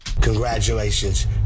Congratulations